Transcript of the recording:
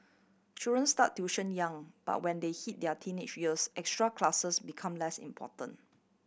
children start tuition young but when they hit their teenage years extra classes become less important